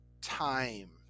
time